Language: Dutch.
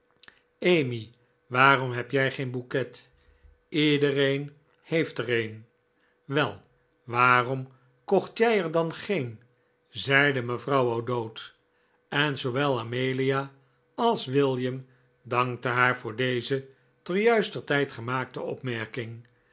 emmy waarom heb jij geen bouquet iedereen heeft er een wel waarom kocht jij er dan geen zeide mevrouw o'dowd en zoowel amelia als william dankten haar voor deze te juister tijd gemaakte opmerking